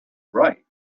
right